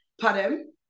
Pardon